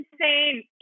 insane